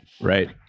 right